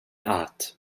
art